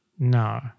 No